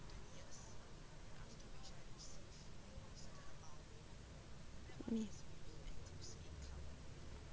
mm